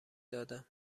دادم